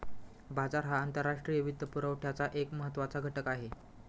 बाजार हा आंतरराष्ट्रीय वित्तपुरवठ्याचा एक महत्त्वाचा घटक आहे